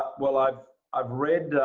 well, i've i've read